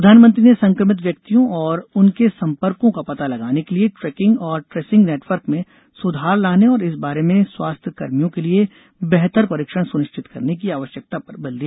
प्रधानमंत्री ने संक्रमित व्यक्तियों और उनके संपर्को का पता लगाने के लिए ट्रेकिंग और ट्रेसिंग नेटवर्क में सुधार लाने और इस बारे में स्वास्थ्य कर्मियों के लिए बेहतर परीक्षण सुनिश्चित करने की आवश्यकता पर बल दिया